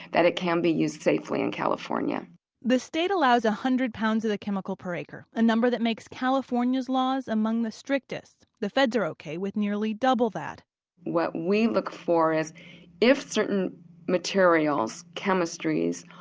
that it can be used safely in california the state allows one hundred pounds of the chemical per acre, a number that makes california's laws among the strictest. the feds are ok with nearly double that what we look for is if certain materials, chemistries,